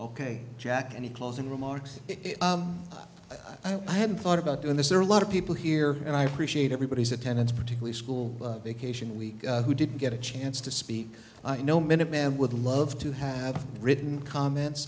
ok jack any closing remarks i had thought about doing this there are a lot of people here and i appreciate everybody's attendance particularly school vacation week who did get a chance to speak i know minuteman would love to have written comments